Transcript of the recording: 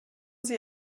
sie